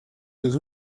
sus